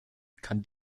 kann